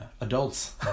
adults